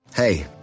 Hey